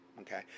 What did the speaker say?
Okay